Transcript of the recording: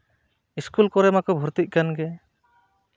school ᱠᱚᱨᱮ ᱢᱟᱠᱚ ᱵᱷᱚᱨᱛᱤᱜ ᱠᱟᱱ ᱜᱮ